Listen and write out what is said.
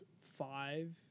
five